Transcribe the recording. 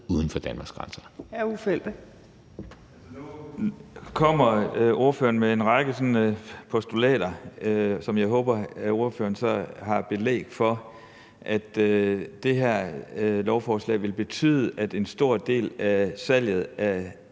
uden for Danmarks grænser.